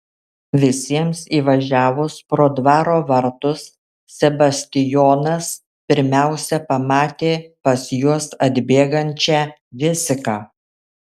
visiems įvažiavus pro dvaro vartus sebastijonas pirmiausia pamatė pas juos atbėgančią džesiką